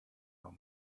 nun